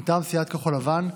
מטעם סיעת כחול לבן,